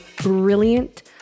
brilliant